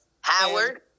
Howard